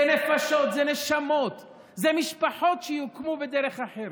אלו נפשות, אלו נשמות, משפחות שיוכרו בדרך אחרת.